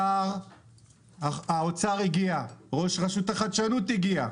שר האוצר הגיע, ראש רשות החדשנות הגיע,